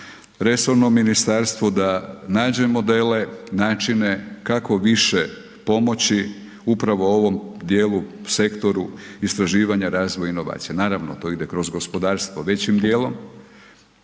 resornom ministarstvu da nađe modele, načine kako više pomoći upravo ovom djelu, sektoru istraživanja, razvoja i inovacija. Naravno, to ide kroz gospodarstvo većim djelom,